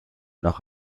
noch